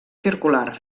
circular